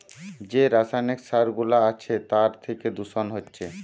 যে রাসায়নিক সার গুলা আছে তার থিকে দূষণ হচ্ছে